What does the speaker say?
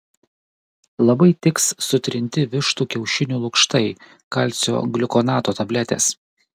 labai tiks sutrinti vištų kiaušinių lukštai kalcio gliukonato tabletės